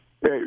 Hey